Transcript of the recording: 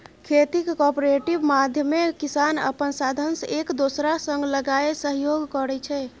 खेतीक कॉपरेटिव माध्यमे किसान अपन साधंश एक दोसरा संग लगाए सहयोग करै छै